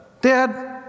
Dad